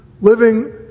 living